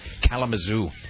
Kalamazoo